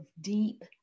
deep